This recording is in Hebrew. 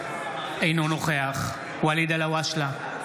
אינו נוכח ואליד אלהואשלה,